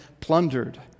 plundered